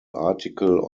article